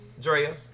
Drea